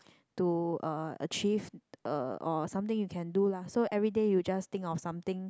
to uh achieve uh or something you can do lah so everyday you just think of something